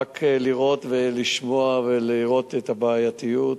רק לראות ולשמוע ולראות את הבעייתיות,